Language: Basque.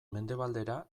mendebaldera